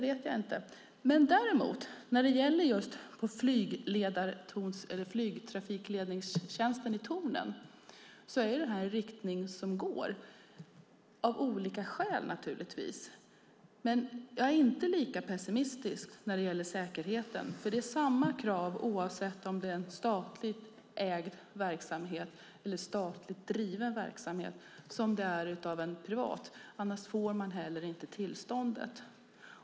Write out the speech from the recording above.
När det gäller flygtrafikledningstjänsten i tornen går det i den här riktningen av olika skäl. Men jag är inte lika pessimistisk när det gäller säkerheten, för det är samma krav som ska uppfyllas oavsett om det är en statligt eller privat driven verksamhet. Annars får man inte tillståndet.